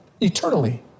eternally